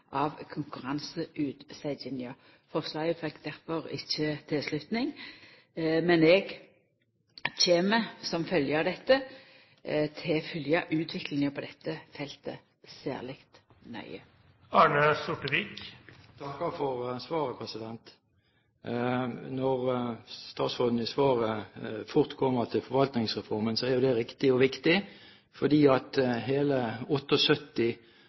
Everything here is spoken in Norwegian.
av konkurranseutsetjinga. Forslaget fekk difor ikkje tilslutning, men eg kjem som følgje av dette til å følgja utviklinga på dette feltet særleg nøye. Jeg takker for svaret. Når statsråden i svaret fort kommer til forvaltningsreformen, er det riktig og viktig, fordi